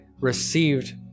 received